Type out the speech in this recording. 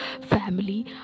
family